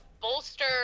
bolster